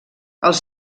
els